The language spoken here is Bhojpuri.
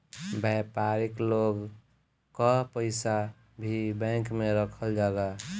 व्यापारिक लोग कअ पईसा भी बैंक में रखल जाला